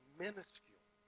minuscule